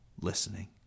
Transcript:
listening